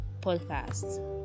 podcast